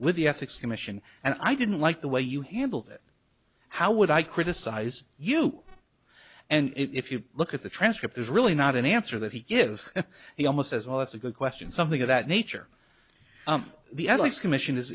with the ethics commission and i didn't like the way you handled it how would i criticize you and if you look at the transcript there's really not an answer that he gives and he almost as well as a good question something of that nature the alex commission is